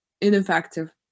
ineffective